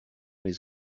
les